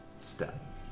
step